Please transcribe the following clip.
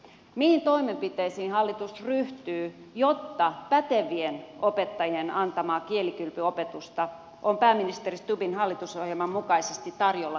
mihin toimenpiteisiin hallitus ryhtyy jotta pätevien opettajien antamaa kielikylpyopetusta on pääministeri stubbin hallitusohjelman mukaisesti tarjolla koko suomessa